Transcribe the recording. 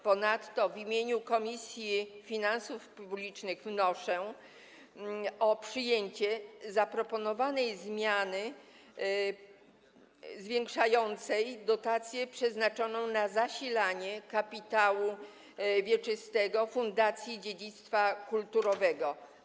Ponadto w imieniu Komisji Finansów Publicznych wnoszę o przyjęcie zaproponowanej zmiany zwiększającej dotację przeznaczoną na zasilanie kapitału wieczystego Fundacji Dziedzictwa Kulturowego.